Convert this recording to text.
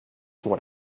what